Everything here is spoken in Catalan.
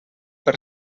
per